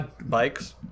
Bikes